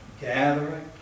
gathering